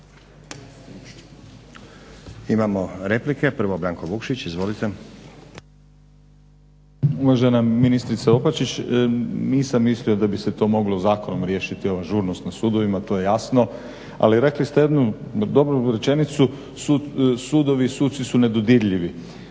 laburisti - Stranka rada)** Uvažena ministrice Opačić, nisam mislio da bi se to moglo zakonom riješiti ova ažurnost na sudovima, to je jasno. Ali rekli ste jednu dobru rečenicu. Sudovi i suci su nedodirljivi.